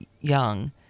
young